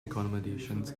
accommodations